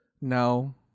No